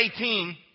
18